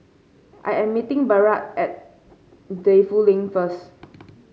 I am meeting Barrett at Defu Lane first